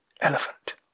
Elephant